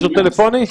הישראלי.